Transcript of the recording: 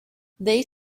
they